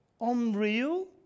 unreal